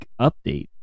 update